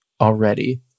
already